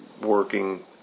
working